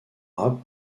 rap